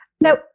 now